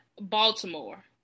Baltimore